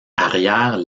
arrière